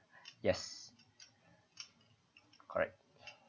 yes correct